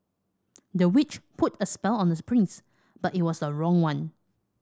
the witch put a spell on the prince but it was a wrong one